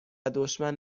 دشمن